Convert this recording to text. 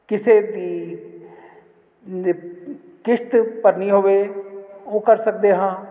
ਕਿਸੇ ਦੀ ਕਿਸ਼ਤ ਭਰਨੀ ਹੋਵੇ ਉਹ ਕਰ ਸਕਦੇ ਹਾਂ